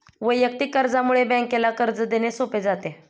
वैयक्तिक कर्जामुळे बँकेला कर्ज देणे सोपे जाते